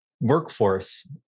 workforce